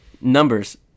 numbers